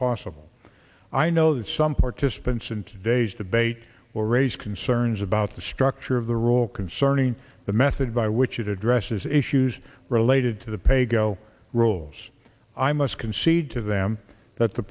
possible i know that some participants in today's debate will raise concerns about the structure of the rule concerning the method by which it addresses issues related to the paygo rules i must concede to them